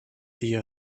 the